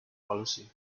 policy